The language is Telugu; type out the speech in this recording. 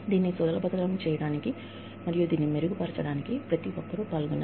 దీన్ని సులభతరం చేయడానికి మరియు దీన్ని మెరుగుపరచడానికి ప్రతి ఒక్కరూ పాల్గొనాలి